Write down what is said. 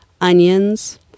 onions